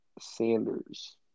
Sanders